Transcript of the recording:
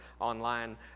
online